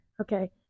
Okay